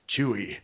Chewie